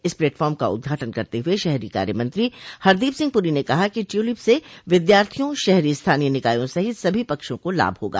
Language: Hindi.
इस प्लेटफार्म का उद्घाटन करते हुए शहरी कार्य मंत्री हरदीप सिंह पुरी ने कहा कि ट्यूलिप से विद्यार्थियों शहरी स्थानीय निकायों सहित सभी पक्षों को लाभ होगा